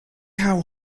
how